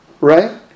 right